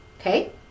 Okay